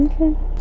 Okay